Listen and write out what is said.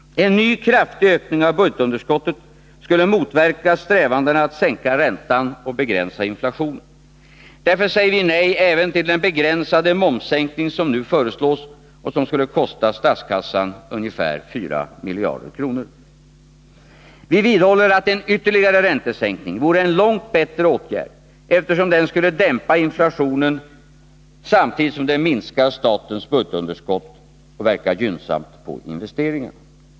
En ny kraftig ökning av budgetunderskottet skulle motverka strävandena att sänka räntan och begränsa inflationen. Därför säger vi nej även till den begränsade momssänkning som nu föreslås och som skulle kosta statskassan ungefär 4 miljarder. Vi vidhåller att en ytterligare räntesänkning vore en långt bättre åtgärd, eftersom den skulle dämpa inflationen samtidigt som den minskar statens budgetunderskott och inverkar gynnsamt på investeringarna.